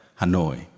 Hanoi